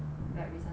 like recently